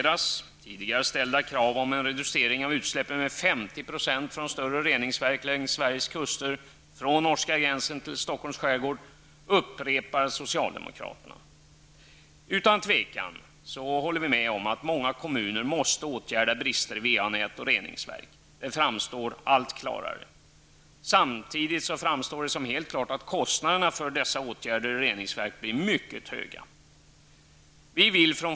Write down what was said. Socialdemokraterna upprepar tidigare ställda krav om en reducering av utsläppen med 50 % från större reningsverk längs Sveriges kuster, från norska gränsen till Stockholms skärgård. Utan tvivel måste många kommuner åtgärda brister i VA-nät och reningsverk. Detta blir allt klarare. Samtidigt framstår det som helt uppenbart att kostnader för dessa åtgärder i reningsverk blir mycket höga.